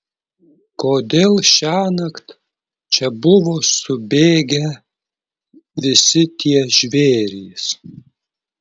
kodėl šiąnakt čia buvo subėgę visi tie žvėrys